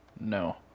No